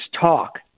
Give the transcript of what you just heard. talk